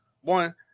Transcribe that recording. One